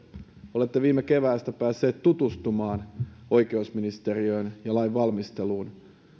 olette viime keväästä lähtien päässyt tutustumaan oikeusministeriöön ja lainvalmisteluun